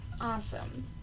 Awesome